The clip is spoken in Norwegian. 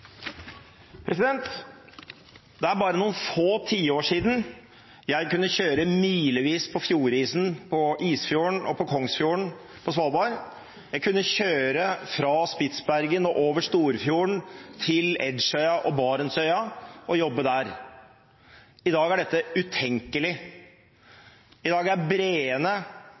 bare noen få tiår siden jeg kunne kjøre milevis på fjordisen på Isfjorden og på Kongsfjorden på Svalbard. Jeg kunne kjøre fra Spitsbergen og over Storfjorden til Edgeøya og Barentsøya og jobbe der. I dag er dette utenkelig. I dag er